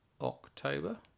October